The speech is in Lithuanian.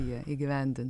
ją įgyvendint